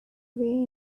way